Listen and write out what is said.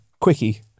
quickie